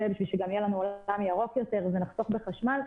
זה בשביל שגם יהיה לנו עולם ירוק יותר ונחסוך בחשמל,